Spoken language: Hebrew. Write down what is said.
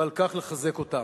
ועל כך, לחזק אותם.